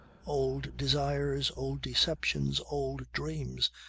old desires, old deceptions, old dreams,